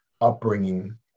upbringing